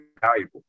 valuable